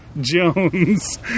Jones